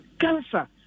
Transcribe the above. cancer